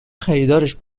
خریدارش